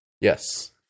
Yes